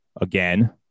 again